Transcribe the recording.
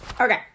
Okay